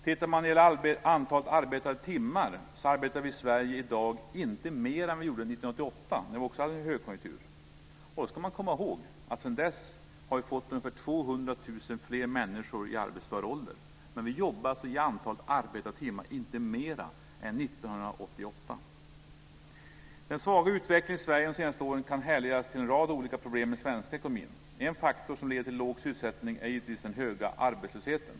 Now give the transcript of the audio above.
Om man tittar på antalet arbetade timmar, arbetar vi i Sverige i dag inte mer än vi gjorde 1988 när vi också hade en högkonjunktur. Då ska man komma ihåg att vi sedan dess har fått ungefär 200 000 fler människor i arbetsför ålder, men i antal arbetade timmar jobbar vi alltså inte mer än vi gjorde 1988. Den svaga utvecklingen i Sverige de senaste åren kan härledas till en rad olika problem i den svenska ekonomin. En faktor som leder till låg sysselsättning är givetvis den höga arbetslösheten.